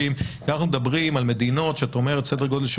כשאנחנו מדברים על מדינות שאת אומרת סדר גודל של